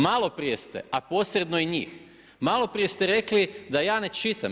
Malo prije ste a posredno i njih, malo prije ste rekli da ja ne čitam.